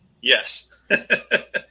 Yes